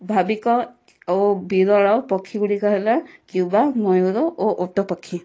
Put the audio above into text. ଭାବିକ ଓ ବିରଳ ପକ୍ଷୀ ଗୁଡ଼ିକ ହେଲା କ୍ୟୁବା ମୟୁର ଓ ଓଟ ପକ୍ଷୀ